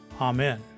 Amen